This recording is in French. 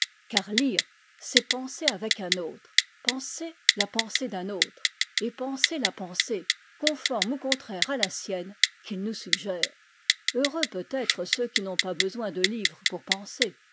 car lire c'est penser avec un autre penser la pensée d'un autre et penser la pensée conforme ou contraire à la sienne qu'il nous suggère heureux peut-être ceux qui n'ont pas besoin de livre pour penser